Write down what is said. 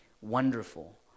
Wonderful